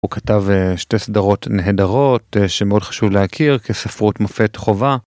הוא כתב שתי סדרות נהדרות שמאוד חשוב להכיר כספרות מופת חובה.